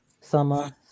summer